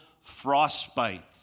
frostbite